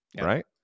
right